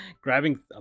grabbing